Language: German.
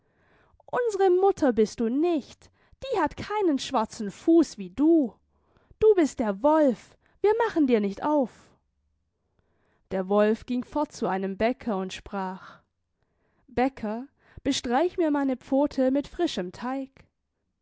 unsere mutter bist du nicht die hat keinen schwarzen fuß wie du du bist der wolf wie machen dir nicht auf der wolf ging fort zu einem bäcker und sprach bäcker bestreich mir meine pfote mit frischem teig